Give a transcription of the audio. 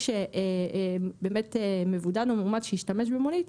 שהוא באמת מבודד או מאומת ומשתמש במונית,